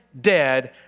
dead